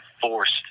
forced